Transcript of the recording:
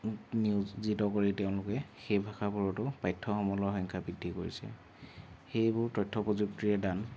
নিয়োজিত কৰি তেওঁলোকে সেই ভাষাবোৰতো পাঠ্য সমলৰ সংখ্যা বৃদ্ধি কৰিছে সেইবোৰ তথ্য প্ৰযুক্তিৰে দান